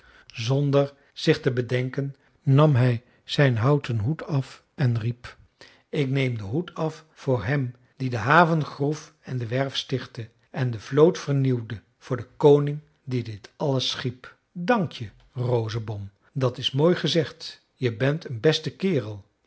zonder zich te bedenken nam hij zijn houten hoed af en riep ik neem de hoed af voor hem die de haven groef en de werf stichtte en de vloot vernieuwde voor den koning die dit alles schiep dank je rosenbom dat is mooi gezegd je bent een beste kerel